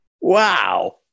wow